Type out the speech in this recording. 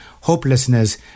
hopelessness